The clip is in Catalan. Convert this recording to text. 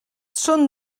són